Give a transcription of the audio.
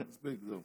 מספיק.